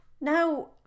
Now